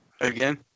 Again